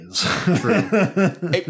True